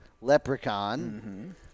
Leprechaun